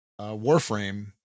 warframe